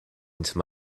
into